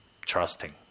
trusting